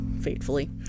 fatefully